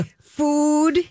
Food